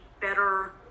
better